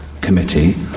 committee